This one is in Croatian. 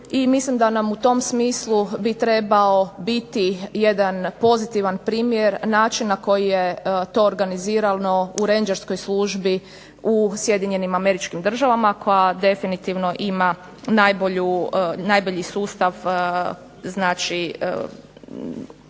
I mislim da nam u tom smislu bi trebao biti jedan pozitivan primjer, način na koji je to organizirano u renđerskoj službi u Sjedinjenim Američkim Državama koja definitivno ima najbolji sustav, znači